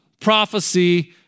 prophecy